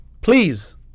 please